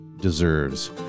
deserves